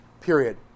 period